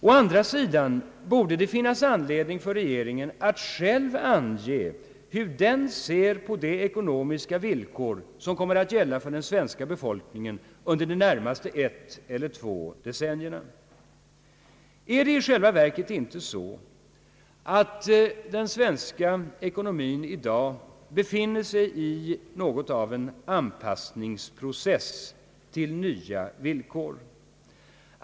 Å andra sidan borde det finnas anledning för regeringen att själv ange hur den ser på de ekonomiska villkor som kommer att gälla för den svenska befolkningen under det närmaste decenniet eller de två närmaste decennierna. Är det i själva verket inte så att den svenska ekonomin befinner sig i något av en anpassningsprocess till nya villkor?